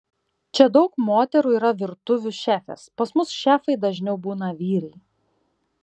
čia daug moterų yra virtuvių šefės pas mus šefai dažniau būna vyrai